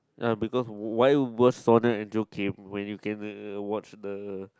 ya because why was Sonia and Joakim when you can uh uh watch the